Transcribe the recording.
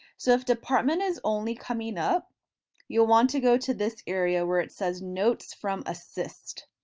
so if department is only coming up you'll want to go to this area where it says notes from assist.